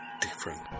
different